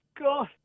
God